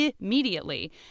immediately